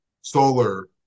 solar